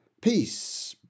Peace